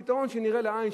הפתרון שנראה לעין,